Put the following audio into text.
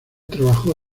trabajó